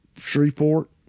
Shreveport